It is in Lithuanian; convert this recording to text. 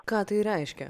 ką tai reiškia